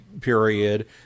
period